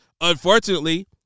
unfortunately